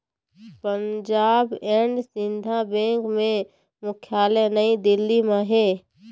Punjab and Sind bank के मुख्यालय नई दिल्ली म हे